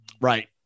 right